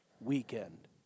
weekend